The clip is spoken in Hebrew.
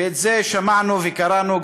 ואת זה שמענו וקראנו.